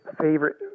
favorite